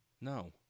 No